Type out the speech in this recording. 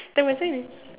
then was the the